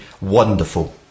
wonderful